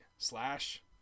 Slash